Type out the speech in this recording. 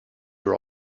are